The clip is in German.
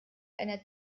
einer